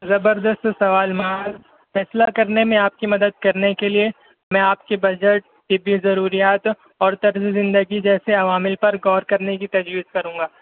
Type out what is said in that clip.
زبردست سوال معاذ فیصلہ کرنے میں آپ کی مدد کرنے کے لیے میں آپ کی بجز طبی ضروریات اور طرز زندگی جیسے عوامل پر غور کرنے کی تجویز کروں گا